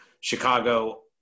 Chicago